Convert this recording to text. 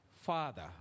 father